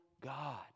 God